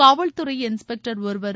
காவல்துறை இன்ஸ்பெக்டர் இருவரும்